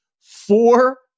four